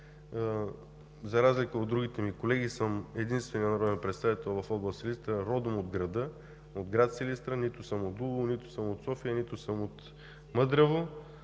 За разлика от другите ми колеги, съм единственият народен представител от област Силистра, родом от град Силистра – нито съм от Дулово, нито съм от София, нито съм от Мъдрево.